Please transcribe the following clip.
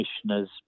commissioners